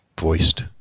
voiced